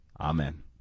amen